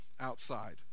outside